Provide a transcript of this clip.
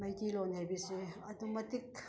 ꯃꯩꯇꯩꯂꯣꯟ ꯍꯥꯏꯕꯁꯦ ꯑꯗꯨꯛꯀꯤ ꯃꯇꯤꯛ